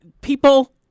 people